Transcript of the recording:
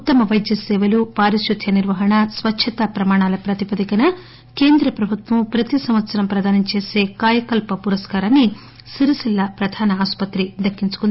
ఉత్తమ వైద్య సేవలు పారిశుద్ధ్య నిర్వహణ స్వచ్ఛత ప్రమాణాల ప్రాతిపదికన కేంద్ర ప్రభుత్వం ప్రతి సంవత్సరం ప్రధానం చేసే కాయకల్ప పురస్కారాన్ని సిరిసిల్ల ప్రధాన ఆసుపత్రి దక్కించుకుంది